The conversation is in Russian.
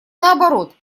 наоборот